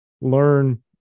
learn